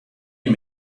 you